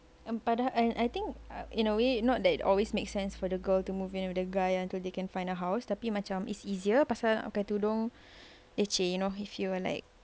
and padahal and I think in a way not that it always makes sense for the girl to move in with the guy until they can find a house tapi macam is easier pakai tudung leceh you know if you were like